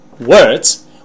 words